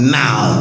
now